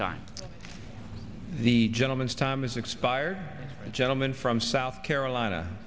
time the gentleman's time has expired gentleman from south carolina